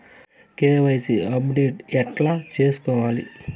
KYC update ఎట్లా సేసుకోవాలి?